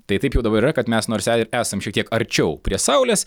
tai taip jau dabar yra kad mes nors e ir esam šiek tiek arčiau prie saulės